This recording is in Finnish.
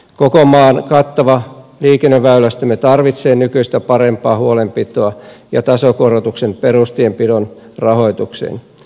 koko maan kattava liikenneväylästömme tarvitsee nykyistä parempaa huolenpitoa ja tasokorotuksen perustienpidon rahoitukseen